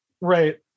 right